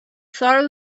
thought